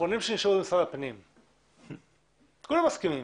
כולם מסכימים.